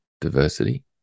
diversity